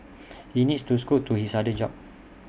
he needs to scoot to his other job